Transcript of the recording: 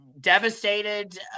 devastated